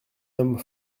homme